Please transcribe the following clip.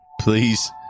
please